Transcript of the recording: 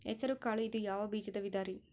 ಹೆಸರುಕಾಳು ಇದು ಯಾವ ಬೇಜದ ವಿಧರಿ?